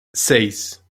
seis